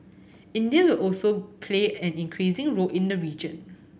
India will also play an increasing role in the region